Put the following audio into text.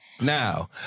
Now